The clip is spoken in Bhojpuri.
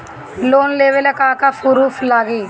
लोन लेबे ला का का पुरुफ लागि?